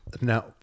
no